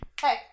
Hey